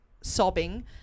sobbing